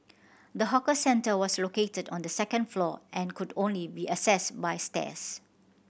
the hawker centre was located on the second floor and could only be accessed by stairs